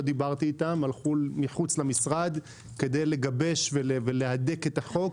דיברתי איתם הם הלכו מחוץ למשרד כדי לגבש ולהדק את החוק.